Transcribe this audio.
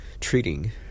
treating